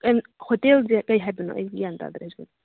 ꯑꯦ ꯍꯣꯇꯦꯜꯁꯦ ꯀꯩ ꯍꯥꯏꯕꯅꯣ ꯑꯩ ꯒ꯭ꯌꯥꯟ ꯇꯥꯗ꯭ꯔꯦ ꯑꯩꯁꯨ